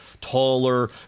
taller